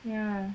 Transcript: ya